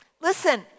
Listen